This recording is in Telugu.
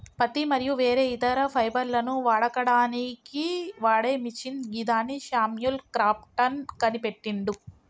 పత్తి మరియు వేరే ఇతర ఫైబర్లను వడకడానికి వాడే మిషిన్ గిదాన్ని శామ్యుల్ క్రాంప్టన్ కనిపెట్టిండు